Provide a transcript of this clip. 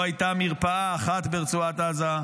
לא הייתה מרפאה אחת ברצועת עזה.